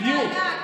בדיוק.